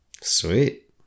Sweet